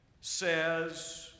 says